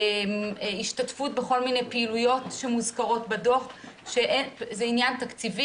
השתתפות בכל מיני פעילויות שמוזכרות בדו"ח שזה עניין תקציבי